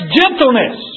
gentleness